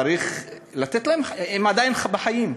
צריך לתת להם, הם עדיין בחיים.